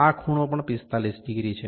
આ ખૂણો પણ 45 ડિગ્રી છે